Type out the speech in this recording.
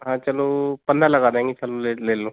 हाँ चलो पन्द्रह लगा देंगे चलो ले ले लो